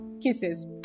Kisses